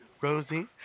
Rosie